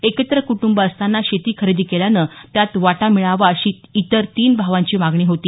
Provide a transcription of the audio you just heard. एकत्र कुटुंब असतांना शेती खरेदी केल्यानं त्यात वाटा मिळावा अशी इतर तीन भावांची मागणी होती